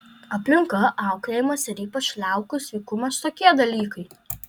aplinka auklėjimas ir ypač liaukų sveikumas tokie dalykai